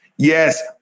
Yes